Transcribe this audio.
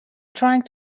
trying